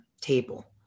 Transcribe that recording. table